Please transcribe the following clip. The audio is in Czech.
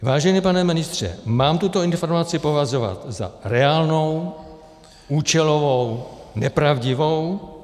Vážený pane ministře, mám tuto informaci považovat za reálnou, účelovou, nepravdivou?